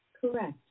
Correct